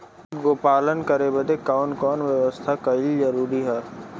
गोपालन करे बदे कवन कवन व्यवस्था कइल जरूरी ह?